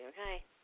Okay